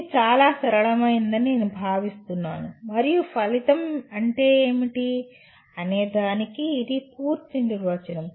ఇది చాలా సరళమైనదని నేను భావిస్తున్నాను మరియు ఫలితం అంటే ఏమిటి అనే దానికి ఇది పూర్తి నిర్వచనం